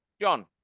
John